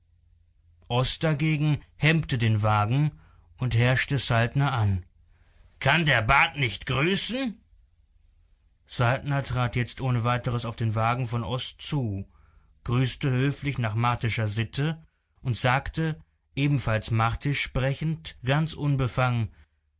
oß dagegen hemmte den wagen und herrschte saltner an kann der bat nicht grüßen saltner trat jetzt ohne weiteres auf den wagen von oß zu grüßte höflich nach martischer sitte und sagte ebenfalls martisch sprechend ganz unbefangen